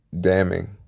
damning